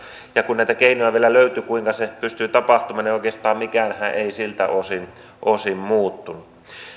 ja kun näitä keinoja vielä löytyy kuinka se pystyy tapahtumaan niin oikeastaan mikäänhän ei siltä osin osin muuttunut